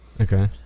Okay